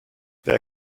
wer